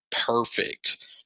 Perfect